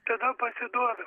tada pasiduodu